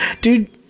Dude